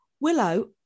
Willow